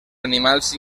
animals